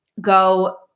go